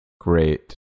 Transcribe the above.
great